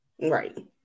Right